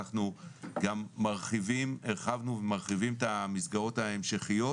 אנחנו גם הרחבנו ומרחיבים את המסגרות ההמשכיות,